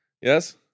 Yes